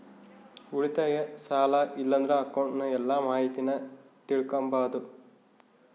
ಉಳಿತಾಯ, ಸಾಲ ಇಲ್ಲಂದ್ರ ಅಕೌಂಟ್ನ ಎಲ್ಲ ಮಾಹಿತೀನ ತಿಳಿಕಂಬಾದು